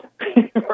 Right